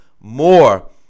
more